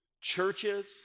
churches